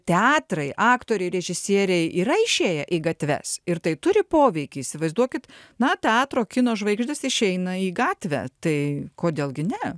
teatrai aktoriai režisieriai yra išėję į gatves ir tai turi poveikį įsivaizduokit na teatro kino žvaigždės išeina į gatvę tai kodėl gi ne